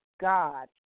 God